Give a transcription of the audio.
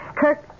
Kirk